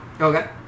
okay